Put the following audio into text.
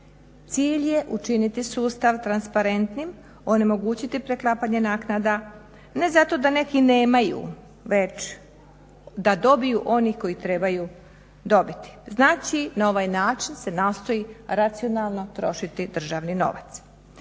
Cilj je učiniti sustav transparentnim, omogućiti preklapanje naknada ne zato da neki nemaju već da dobiju oni koji trebaju dobiti. Znači, na ovaj način se nastoji racionalno trošiti državni novac.